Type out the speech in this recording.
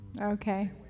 Okay